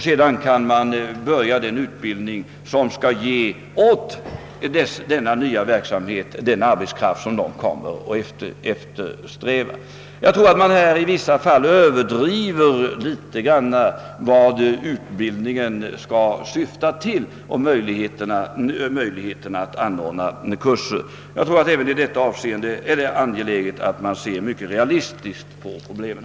Sedan kan man :börja den utbildning som åt denna nya verksamhet skall ge den arbetskraft som man eftersträvar. Jag tror att man i vissa fall överdriver vad utbildningen skall syfta till och möjligheterna att anordna kurser. Även i detta avseende är det angeläget att man ser mycket realistiskt på problemen.